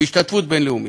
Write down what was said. בהשתתפות בין-לאומית.